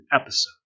episode